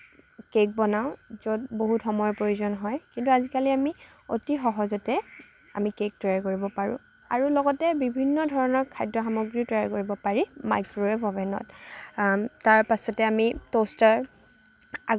cake বনাওঁ য'ত বহুত সময়ৰ প্ৰয়োজন হয় কিন্তু আজিকালি আমি অতি সহজতে আমি কেক তৈয়াৰ কৰিব পাৰোঁ আৰু লগতে বিভিন্ন ধৰণৰ খাদ্য সামগ্ৰী তৈয়াৰ কৰিব পাৰি মাইক্ৰ'ৱেভ অভেনত তাৰ পাছতে আমি ট'ষ্টাৰ